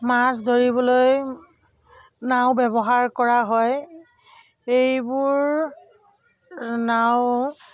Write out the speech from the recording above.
মাছ ধৰিবলৈ নাও ব্যৱহাৰ কৰা হয় এইবোৰ নাও